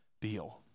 deal